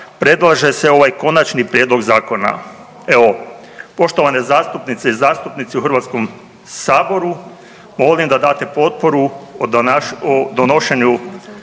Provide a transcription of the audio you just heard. predlaže se ovaj Konačni prijedlog zakona. Evo, poštovane zastupnice i zastupnici u HS-u, molim da date potporu u donošenju